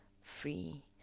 free